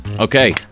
Okay